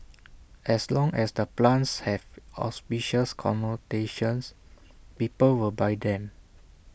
as long as the plants have auspicious connotations people will buy them